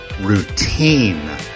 routine